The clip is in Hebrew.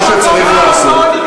מה שצריך לעשות,